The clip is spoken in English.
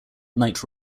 knight